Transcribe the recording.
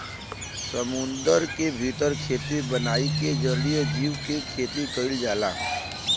समुंदर के भीतर खेती बनाई के जलीय जीव के खेती कईल जाला